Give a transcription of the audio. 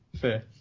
Fair